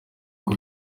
uko